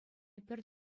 пӗр